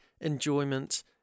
enjoyment